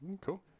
cool